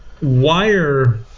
wire